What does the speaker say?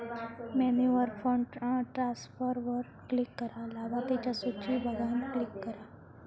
मेन्यूवर फंड ट्रांसफरवर क्लिक करा, लाभार्थिंच्या सुची बघान क्लिक करा